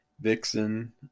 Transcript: Vixen